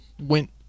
went